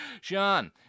Sean